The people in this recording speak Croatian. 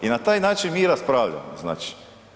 I na taj način mi raspravljamo znači.